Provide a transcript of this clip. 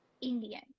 Indian